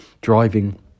driving